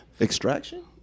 Extraction